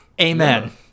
Amen